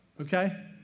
okay